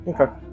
Okay